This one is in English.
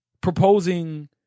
proposing